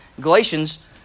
Galatians